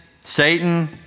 Satan